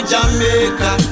Jamaica